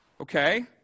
Okay